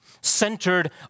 centered